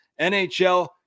NHL